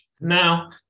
Now